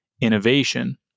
innovation